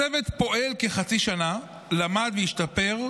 הצוות פועל כחצי שנה, למד והשתפר.